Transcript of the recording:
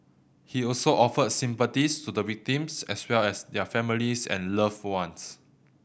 he also offered sympathies to the victims as well as their families and loved ones